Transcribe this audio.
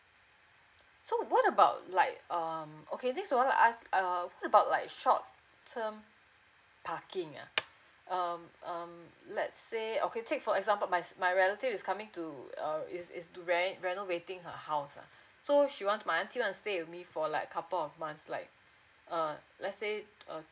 so what about like um okay this one I ask err what about like short term parking ah um um let's say okay take for example my my relative is coming to err is is to rent renovating her house err so she want to stay with me for like couple of months like uh let's say uh